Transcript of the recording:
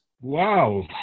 Wow